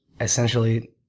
essentially